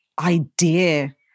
idea